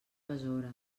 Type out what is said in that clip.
besora